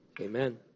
Amen